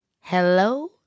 Hello